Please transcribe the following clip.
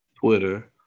Twitter